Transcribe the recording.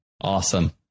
Awesome